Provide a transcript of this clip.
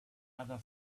other